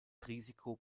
risiko